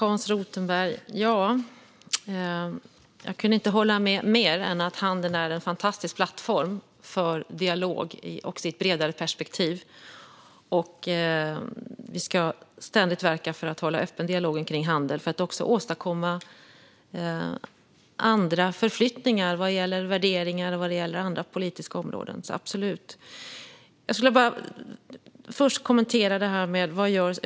Fru talman! Jag håller helt med om att handeln är en fantastisk plattform för dialog, också i ett bredare perspektiv. Vi ska ständigt verka för en öppen handelsdialog för att också åstadkomma andra förflyttningar vad gäller värderingar och andra politiska områden.